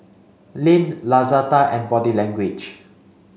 Lindt Lazada and Body Language